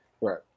Right